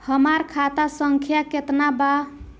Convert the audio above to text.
हमार खाता संख्या केतना बा?